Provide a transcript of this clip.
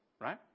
Right